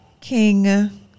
King